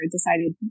decided